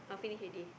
oh finish already